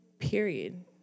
period